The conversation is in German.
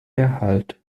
erhalt